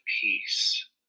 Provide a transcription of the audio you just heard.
peace